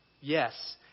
yes